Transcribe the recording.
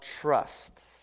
trust